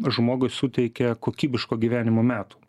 žmogui suteikia kokybiško gyvenimo metų